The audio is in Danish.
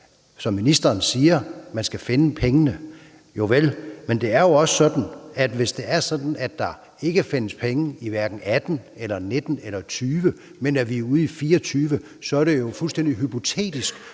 som ministeren siger, at man skal finde pengene. Jo vel, men det er jo også sådan, at hvis der ikke findes penge i 2018, 2019 eller 2020, men at vi er ude i 2024, er det fuldstændig hypotetisk